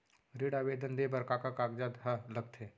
ऋण आवेदन दे बर का का कागजात ह लगथे?